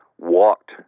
walked